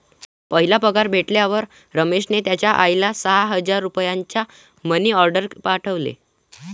पहिला पगार भेटल्यावर रमेशने त्याचा आईला सहा हजार रुपयांचा मनी ओर्डेर पाठवले